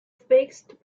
fixed